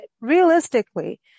realistically